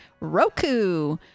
Roku